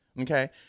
okay